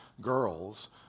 girls